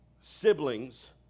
siblings